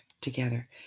together